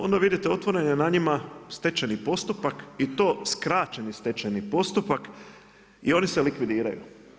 Onda vidite otvoren je nad njima stečajni postupak i to skraćeni stečajni postupak i oni se likvidiraju.